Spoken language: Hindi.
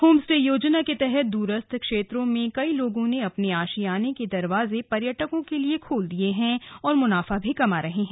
होम स्टे योजना के तहत दूरस्थ क्षेत्रों में कई लोगों ने अपने आशियाने के दरवाजे पर्यटकों के लिए खोल दिये हैं और मुनाफा भी कमा रहे हैं